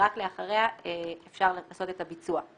ורק לאחריה אפשר לעשות את הביצוע.